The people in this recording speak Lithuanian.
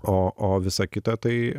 o o visa kita tai